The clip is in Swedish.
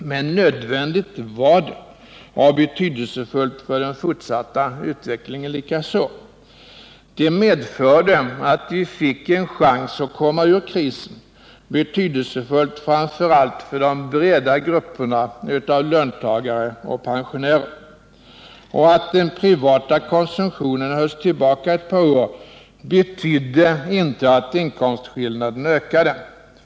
Men nödvändigt var det och betydelsefullt för den fortsatta utvecklingen likaså. Det medförde att vi fick en chans att komma ur krisen, betydelsefullt framför allt för de breda grupperna av löntagare och pensionärer. Och att den privata konsumtionen hölls tillbaka ett par år betydde inte att inkomstskillnaderna ökade.